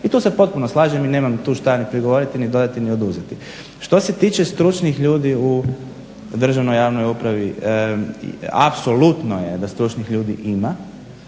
i tu se potpuno slažem i nemam tu što ni prigovoriti ni dodati ni oduzeti. Što se tiče stručnih ljudi u državnoj i javnoj upravi apsolutno je da stručnih ljudi ima.